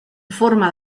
forma